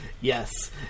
yes